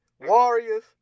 Warriors